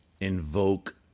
Invoke